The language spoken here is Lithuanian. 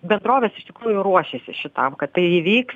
bendrovės iš tikrųjų ruošėsi šitam kad tai įvyks